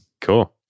Cool